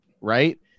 right